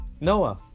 Noah